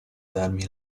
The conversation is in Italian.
darmi